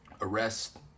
arrest